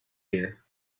year